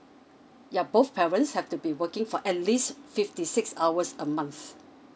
yeah both parents have to be working for at least fifty six hours a month